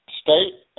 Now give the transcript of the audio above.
State